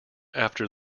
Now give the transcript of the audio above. after